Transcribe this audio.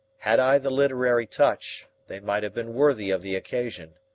had i the literary touch, they might have been worthy of the occasion.